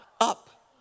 Up